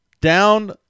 down